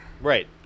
Right